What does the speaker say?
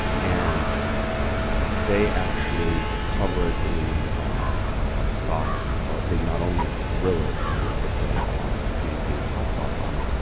and they actually cover it in ah a sauce. ah they not only grill it and then put the um piri piri hot sauce on it,